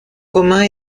communs